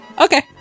Okay